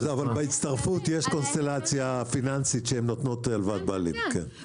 אבל בהצטרפות יש קונסטלציה פיננסית שהן נותנות הלוואת בעלים כן.